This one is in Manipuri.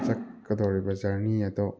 ꯆꯠꯀꯗꯧꯔꯤꯕ ꯖꯔꯅꯤ ꯑꯗꯣ